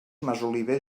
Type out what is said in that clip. masoliver